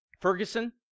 Ferguson